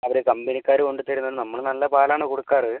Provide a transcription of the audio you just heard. അവർ കമ്പനിക്കാർ കൊണ്ട് തരുന്നത് നമ്മൾ നല്ല പാലാണ് കൊടുക്കാറ്